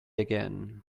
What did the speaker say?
again